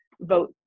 vote